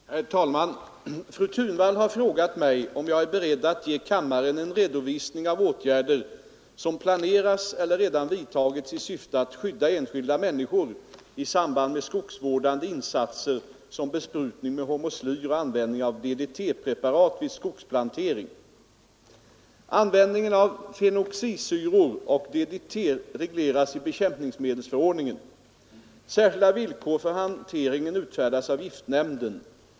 Herr talman! Fru Thunvall har frågat mig om jag är beredd att ge kammaren en redovisning av åtgärder som planeras eller redan vidtagits i syfte att skydda enskilda människor i samband med skogsvårdande insatser som besprutning med hormoslyr och användning av DDT-preparat vid skogsplantering. Användningen av fenoxisyror och DDT regleras i bekämpningsmedelsförordningen. Särskilda villkor för hanteringen utfärdas av giftnämnden.